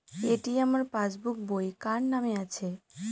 এটি আমার পাসবুক বইটি কার নামে আছে?